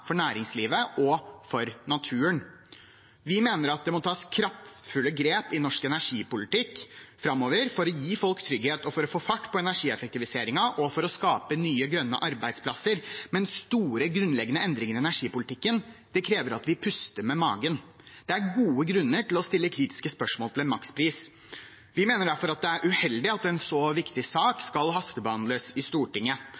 næringslivet og naturen. Vi mener at det må tas kraftfulle grep i norsk energipolitikk framover for å gi folk trygghet, for å få fart på energieffektiviseringen og for å skape nye, grønne arbeidsplasser, men store, grunnleggende endringer i energipolitikken krever at vi puster med magen. Det er gode grunner til å stille kritiske spørsmål til en makspris. Vi mener derfor at det er uheldig at en så viktig